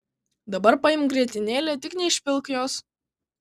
dabar paimk grietinėlę tik neišpilk jos